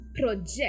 project